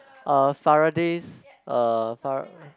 uh Faraday's uh Fara~